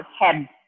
head